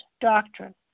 doctrine